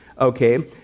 okay